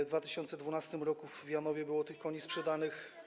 W 2012 r. w Janowie było tych koni sprzedanych.